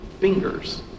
fingers